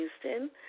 Houston